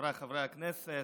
חבריי חברי הכנסת,